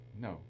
No